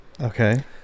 Okay